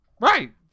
Right